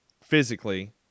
physically